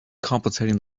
contemplating